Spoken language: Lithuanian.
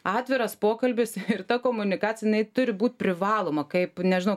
atviras pokalbis ir ta komunikacija jinai turi būt privaloma kaip nežinau